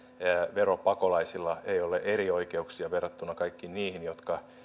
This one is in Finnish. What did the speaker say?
veropakolaisilla ei ole erioikeuksia verrattuna kaikkiin niihin jotka